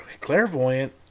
clairvoyant